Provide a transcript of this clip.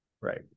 right